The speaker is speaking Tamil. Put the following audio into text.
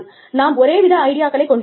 நாம் ஒரே வித ஐடியாக்களை கொண்டிருப்போம்